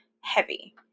heavy